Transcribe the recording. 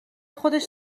خودش